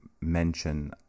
mention